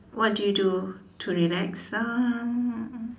what do you do to relax um